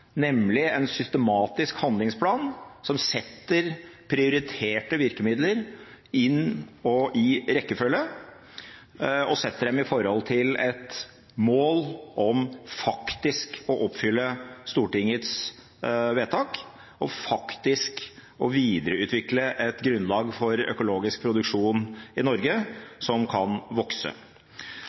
nemlig en systematisk handlingsplan for å sette inn prioriterte virkemidler, og i rekkefølge, når det gjelder et mål om faktisk å oppfylle Stortingets vedtak og videreutvikle et grunnlag for økologisk produksjon i Norge som kan vokse.